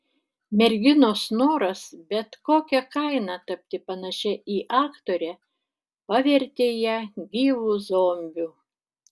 merginos noras bet kokia kaina tapti panašia į aktorę pavertė ją gyvu zombiu